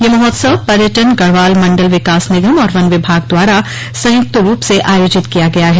यह महोत्सव पर्यटन गढवाल मण्डल विकास निगम और वन विभाग द्वारा संयुक्त रूप से आयोजित किया गया है